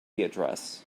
address